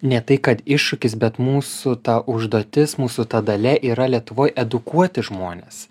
ne tai kad iššūkis bet mūsų ta užduotis mūsų ta dalia yra lietuvoj edukuoti žmonės